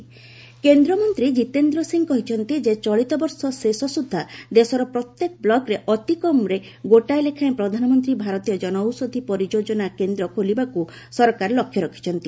ଜନଔଷଧି ଜିତେନ୍ଦ୍ର ସିଂ କେନ୍ଦ୍ରମନ୍ତ୍ରୀ କିତେନ୍ଦ୍ର ସିଂ କହିଛନ୍ତି ଯେ ଚଳିତବର୍ଷ ଶେଷ ସୁଦ୍ଧା ଦେଶର ପ୍ରତ୍ୟେକ ବ୍ଲକରେ ଅତିକମ୍ରେ ଗୋଟିଏ ଲେଖାଏଁ ପ୍ରଧାନମନ୍ତ୍ରୀ ଭାରତୀୟ ଜନଔଷଧି ପରିଯୋଜନା କେନ୍ଦ୍ର ଖୋଲିବାକୁ ସରକାର ଲକ୍ଷ୍ୟ ରଖିଛନ୍ତି